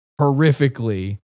horrifically